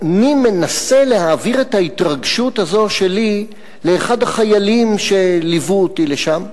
אני מנסה להעביר את ההתרגשות הזו שלי לאחד החיילים שליוו אותי לשם,